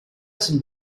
some